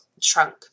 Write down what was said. trunk